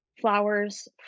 flowers